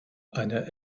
eine